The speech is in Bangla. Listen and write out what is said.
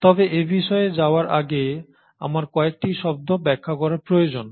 তবে এবিষয়ে যাওয়ার আগে আমার কয়েকটি শব্দ ব্যাখ্যা করা প্রয়োজন